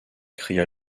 cria